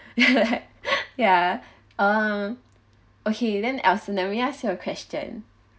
ya uh okay then so may I let me you ask your question